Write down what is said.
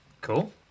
Cool